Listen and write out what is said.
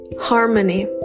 Harmony